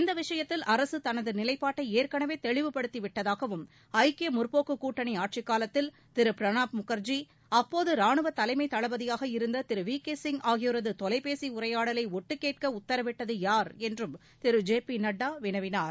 இந்த விஷயத்தில் அரசு தனது நிலைப்பாட்டை ஏற்கனவே தெளிவுபடுத்தி விட்டதாகவும் ஐக்கிய முற்போக்கு கூட்டணி ஆட்சிக்காலத்தில் திரு பிரணாட் முகர்ஜி அப்போது ரானுவத் தலைமை தளபதியாக இருந்த திரு வி கே சிங் ஆகியோரது தொலைபேசி உரையாடலை ஒட்டு கேட்க உத்தரவிட்டது யார் என்றும் திரு ஜே பி நட்டா வினவினார்